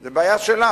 זו בעיה שלה,